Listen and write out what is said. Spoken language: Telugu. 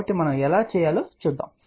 కాబట్టి మనం ఎలా చేయాలో చూద్దాం